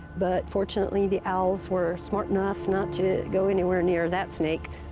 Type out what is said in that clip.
but fortunately the owls were smart enough not to go anywhere near that snake.